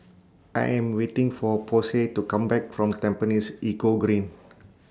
I Am waiting For Posey to Come Back from Tampines Eco Green